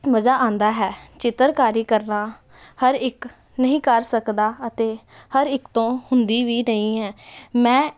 ਮਜ਼ਾ ਆਉਂਦਾ ਹੈ ਚਿੱਤਰਕਾਰੀ ਕਰਨਾ ਹਰ ਇੱਕ ਨਹੀਂ ਕਰ ਸਕਦਾ ਅਤੇ ਹਰ ਇੱਕ ਤੋਂ ਹੁੰਦੀ ਵੀ ਨਹੀਂ ਹੈ ਮੈਂ